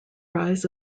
rise